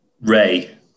Ray